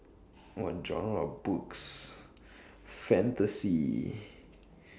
what genre of books fantasy